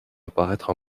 apparaître